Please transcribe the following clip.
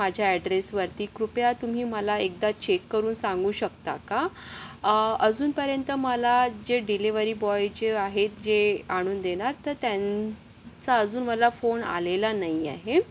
माझ्या ॲड्रेसवरती कृपया तुम्ही मला एकदा चेक करून सांगू शकता का अजूनपर्यंत मला जे डिलेव्हरी बॉय जे आहेत जे आणून देणार तर त्यांचा अजून मला फोन आलेला नाही आहे